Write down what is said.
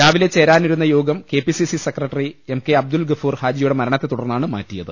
രാവിലെ ചേരാനിരുന്ന യോഗം K P C C secretary M K Abdul Gafoor ഹാജിയുടെ മരണത്തെ തുടർന്നാണ് മാറ്റിയത്